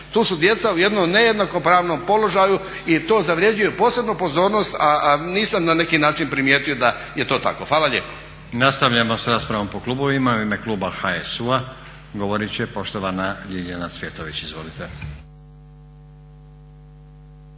Tu su djeca u jednom nejednako pravnom položaju i to zavrjeđuje posebnu pozornost a nisam na neki način primijetio da je to tako. Hvala lijepo. **Stazić, Nenad (SDP)** Nastavljamo sa raspravom po klubovima. U ime kluba HSU-a govoriti će poštovana Ljiljana Cvjetović, izvolite.